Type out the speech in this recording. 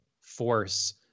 force